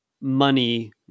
money